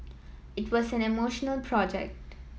it was an emotional project